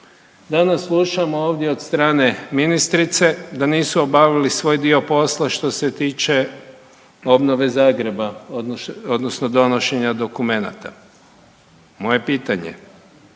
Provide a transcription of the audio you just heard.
danas slušamo ovdje od strane ministrice da nisu obavili svoj dio posla što se tiče obnove Zagreba odnosno donošenja dokumenata. Moje pitanje,